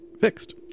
fixed